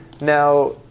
Now